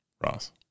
Ross